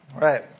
right